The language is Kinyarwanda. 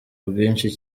bwinshi